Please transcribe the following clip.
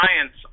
science